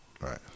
Right